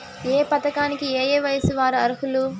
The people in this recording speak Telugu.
ఈ పథకానికి ఏయే వయస్సు వారు అర్హులు?